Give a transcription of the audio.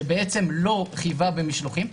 שלא חייבה במשלוחים,